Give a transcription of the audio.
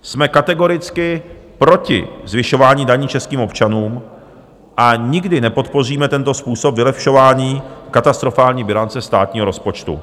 Jsme kategoricky proti zvyšování daní českým občanům a nikdy nepodpoříme tento způsob vylepšování katastrofální bilance státního rozpočtu.